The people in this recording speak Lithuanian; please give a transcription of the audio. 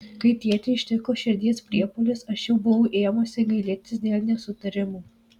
kai tėtį ištiko širdies priepuolis aš jau buvau ėmusi gailėtis dėl nesutarimų